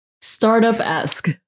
startup-esque